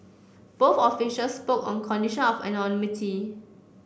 both officials spoke on condition of anonymity